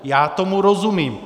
Já tomu rozumím.